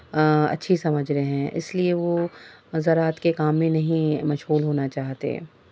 اچھی سمجھ رہے ہیں اس لیے وہ زراعت کے کام میں نہیں مشغول ہونا چاہتے